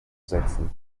setzen